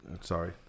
Sorry